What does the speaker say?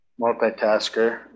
multitasker